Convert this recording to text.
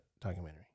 documentary